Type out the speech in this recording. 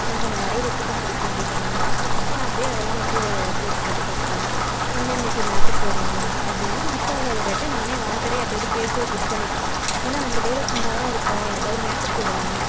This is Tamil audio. எனக்கு கொஞ்சம் வரைகிறதுக்கும் பிடிக்கும் அப்படிங்கிறதுனால நான் அப்படியே அதெல்லாம் வந்து போட்டு போட்டு பார்ப்பேன் என்னென்னக்கு மேக்கப் போடணும் அப்படிங்கிற புக் ஆகாத டேட்டை நானே வாண்ட்டடாக யாருகிட்டையாவது கேட்டு புக் பண்ணிப்பேன் ஏன்னால் அந்த டேயில் சும்மா தான் இருக்கோம் யாருக்காவது மேக்கப் போடலாம்